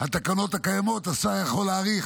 התקנות הקיימות, השר יכול להאריך